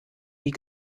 wie